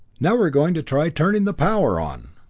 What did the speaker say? now we're going to try turning the power on!